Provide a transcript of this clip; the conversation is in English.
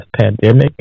pandemic